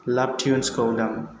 लाभ टिउन्सखौ दाम